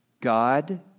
God